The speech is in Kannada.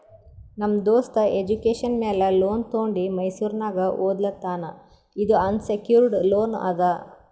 ನಮ್ ದೋಸ್ತ ಎಜುಕೇಷನ್ ಮ್ಯಾಲ ಲೋನ್ ತೊಂಡಿ ಮೈಸೂರ್ನಾಗ್ ಓದ್ಲಾತಾನ್ ಇದು ಅನ್ಸೆಕ್ಯೂರ್ಡ್ ಲೋನ್ ಅದಾ